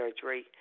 surgery